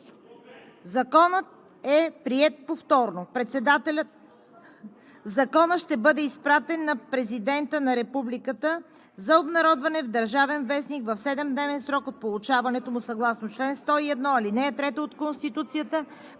Законът е приет повторно. Законът ще бъде изпратен на Президента на Републиката за обнародване в „Държавен вестник“ в седемдневен срок от получаването му съгласно чл. 101, ал. 3 от Конституцията.